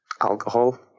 alcohol